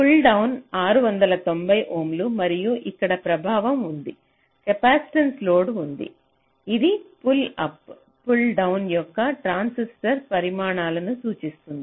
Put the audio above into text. pull down 690 ohm మరియు ఇక్కడ ప్రభావం ఉంది కెపాసిటివ్ లోడ్ ఉంది ఇది పుల్ అప్ పుల్ డౌన్ యొక్క ట్రాన్సిస్టర్ల పరిమాణాలను సూచిస్తుంది